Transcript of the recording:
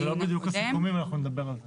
זה לא בדיוק הסיכומים, אנחנו נדבר על זה.